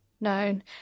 known